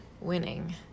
winning